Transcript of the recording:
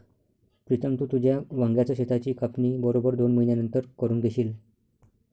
प्रीतम, तू तुझ्या वांग्याच शेताची कापणी बरोबर दोन महिन्यांनंतर करून घेशील